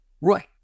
Right